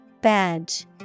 Badge